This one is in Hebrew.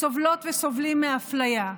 סובלות וסובלים מאפליה.